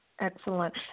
Excellent